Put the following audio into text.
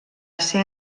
ser